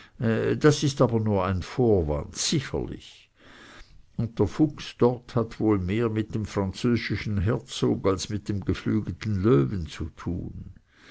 das ist aber nur vorwand sicherlich und der fuchs dort hat wohl mehr mit dem französischen herzog als mit dem geflügelten löwen zu tun